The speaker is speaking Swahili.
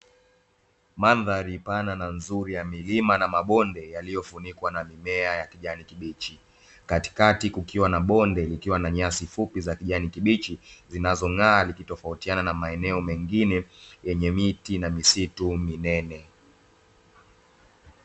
Mandhari pana na nzuri ya milima na mabonde; yaliyofunikwa na mimea ya kijani kibichi. Katikati kukiwa na bonde likiwa na nyasi fupi za kijani kibichi zinazong'aa, likitofautiana na maeneo mengine yenye miti na misitu minene.